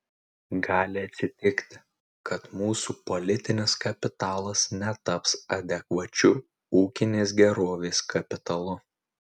gali atsitikti kad mūsų politinis kapitalas netaps adekvačiu ūkinės gerovės kapitalu